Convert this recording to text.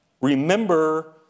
remember